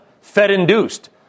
Fed-induced